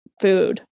food